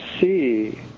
see